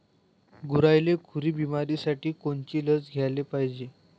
गुरांइले खुरी बिमारीसाठी कोनची लस द्याले पायजे?